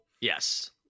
Yes